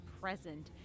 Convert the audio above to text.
present